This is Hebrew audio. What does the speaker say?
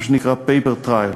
מה שנקרא paper trail.